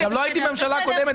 גם לא הייתי בממשלה הקודמת,